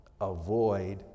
avoid